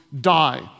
die